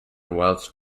whilst